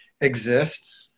exists